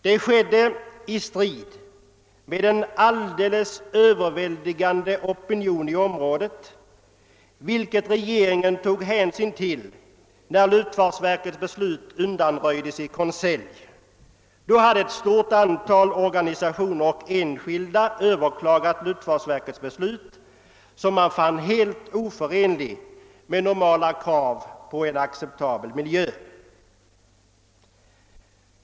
Det skedde i strid mot en alldeles överväldigande opinion i området, vilken regeringen tog hänsyn till när luftfartsverkets beslut undanröjdes i konselj. Då hade ett stort antal organisationer och enskilda överklagat luftfartsverkets beslut, som man fann helt oförenligt med normala krav på en acceptabel miljö.